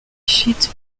sheet